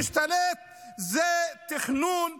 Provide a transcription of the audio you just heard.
היא שמי משתלט הוא התכנון גזעני,